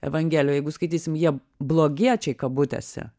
evangeliją jeigu skaitysim jie blogiečiai kabutėse